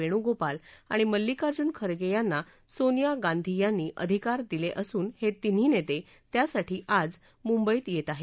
वेणुगोपाल आणि मल्लिकार्जुन खरगे यांना सोनिया गांधी यांनी अधिकार दिले असून हे तिन्ही नेते त्यासाठी आज मुंबईत येत आहेत